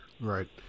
Right